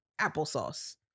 Applesauce